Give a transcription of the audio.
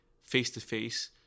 face-to-face